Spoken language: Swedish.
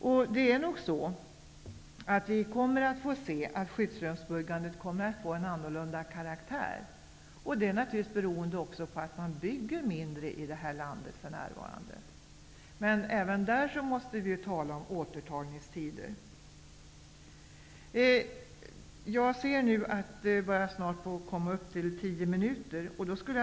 Vi kommer nog att få se att skyddsrumsbyggandet får en annorlunda karaktär, naturligtvis bl.a. beroende på att det för närvarande byggs mindre i det här landet. Men även i det avseendet måste vi tala om återtagningstider. Innan min taletid är slut vill jag ta upp en sak till.